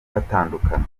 batandukana